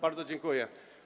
Bardzo dziękuję.